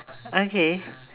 okay